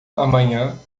amanhã